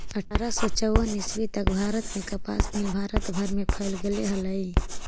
अट्ठारह सौ चौवन ईस्वी तक भारत में कपास मिल भारत भर में फैल गेले हलई